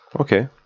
Okay